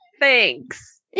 Thanks